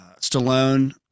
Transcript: stallone